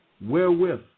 wherewith